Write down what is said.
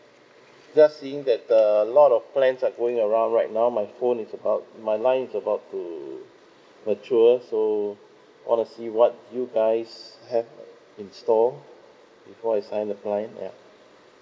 ya seeing that err a lot of plans like going around right now my phone is about my line is about too mature so honestly what you guys have err in store before I sign a plan ya